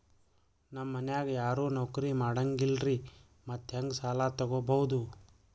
ನಮ್ ಮನ್ಯಾಗ ಯಾರೂ ನೌಕ್ರಿ ಮಾಡಂಗಿಲ್ಲ್ರಿ ಮತ್ತೆಹೆಂಗ ಸಾಲಾ ತೊಗೊಬೌದು?